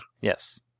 Yes